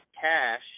cash